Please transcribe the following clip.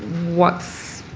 what's